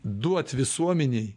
duot visuomenei